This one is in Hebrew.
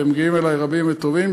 ומגיעים אלי רבים וטובים,